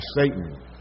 Satan